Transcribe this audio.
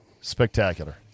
Spectacular